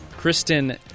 Kristen